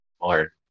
more